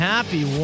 Happy